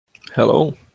hello